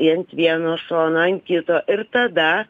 ant vieno šono ant kito ir tada